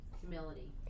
humility